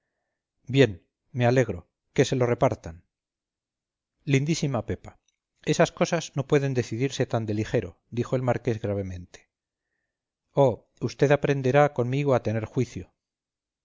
bien me alegro que se lo repartan lindísima pepa esas cosas no pueden decidirse tan de ligero dijo el marqués gravemente oh vd aprenderá conmigo a tener juicio